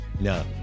No